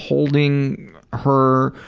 holding her,